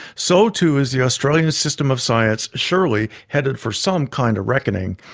so too is the australian system of science surely headed for some kind of reckoning,